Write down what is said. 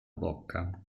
bocca